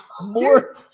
more